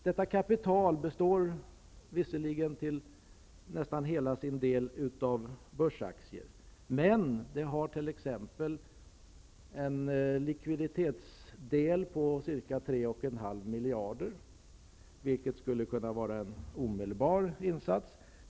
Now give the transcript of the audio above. Detta kapital består visserligen nästan helt av börsaktier, men det har t.ex en likviditetsdel på ca 3,5 miljarder, vilket skulle kunna innebära en omedelbar insats.